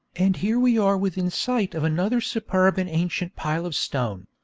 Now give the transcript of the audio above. and here we are within sight of another superb and ancient pile of stone.